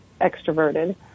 extroverted